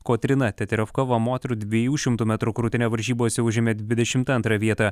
kotryna teterevkova moterų dviejų šimtų metrų krūtine varžybose užėmė dvidešimt antrą vietą